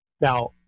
Now